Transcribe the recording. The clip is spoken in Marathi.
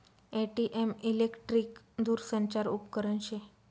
ए.टी.एम इलेकट्रिक दूरसंचार उपकरन शे